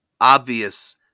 obvious